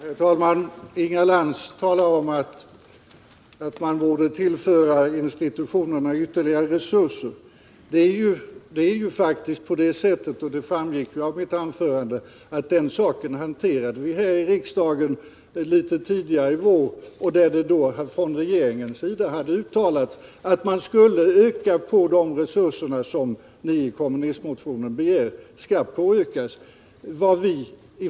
Herr talman! Inga Lantz talar om att man borde tillföra institutionerna ytterligare resurser. Det är faktiskt på det sättet, och det framgick av mitt som har begått brott anförande, att den saken hanterade vi här i riksdagen tidigare i våras, och då hade det från regeringens sida uttalats att man skulle öka de resurser som ni begär i kommunistmotionen.